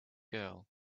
girl